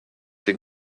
den